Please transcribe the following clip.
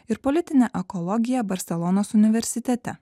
ir politinę ekologiją barselonos universitete